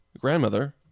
grandmother